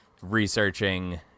researching